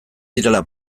direla